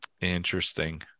Interesting